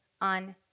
on